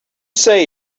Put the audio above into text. say